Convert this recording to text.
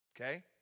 Okay